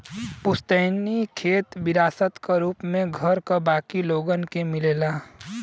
पुस्तैनी खेत विरासत क रूप में घर क बाकी लोगन के मिलेला